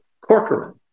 Corcoran